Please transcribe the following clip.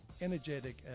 energetic